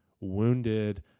wounded